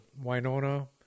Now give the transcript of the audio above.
Winona